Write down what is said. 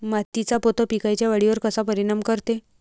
मातीचा पोत पिकाईच्या वाढीवर कसा परिनाम करते?